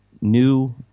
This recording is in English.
new